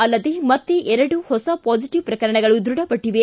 ಅಲ್ಲದೇ ಮತ್ತೆ ಎರಡು ಹೊಸ ಪಾಸಿಟಿವ್ ಪ್ರಕರಣಗಳು ದೃಢಪಟ್ಟವೆ